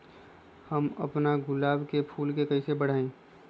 हम अपना गुलाब के फूल के कईसे बढ़ाई?